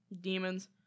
Demons